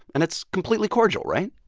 and it's completely cordial, right?